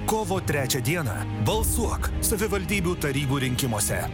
kovo trečią dieną balsuok savivaldybių tarybų rinkimuose